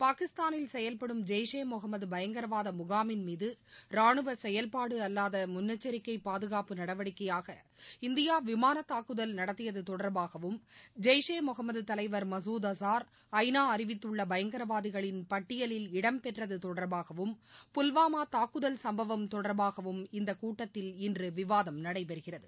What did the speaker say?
பாகிஸ்தானில் செயல்படும் ஜெய்ஷே முகமது பயங்கரவாத முகாமின் மீது ரானுவ செயல்பாடு அல்லாத முன்னெச்சரிக்கை பாதுகாப்பு நடவடிக்கையாக இந்தியா விமானத் தாக்குதல் நடத்தியது தொடர்பாகவும் ஜெய்ஷே முகமது தலைவர் மசூத் அஸார் ஐநா அறிவித்துள்ள பயங்கரவாதிகளின் பட்டியலில் இடம் பெற்றது தொடர்பாகவும் புல்வாமா தாக்குதல் சம்பவம் தொடர்பாகவும் இந்தக் கூட்டத்தில் இன்று விவாதம் நடைபெறுகிறது